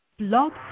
blog